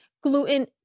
gluten